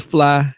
Fly